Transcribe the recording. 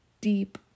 deep